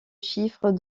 chiffre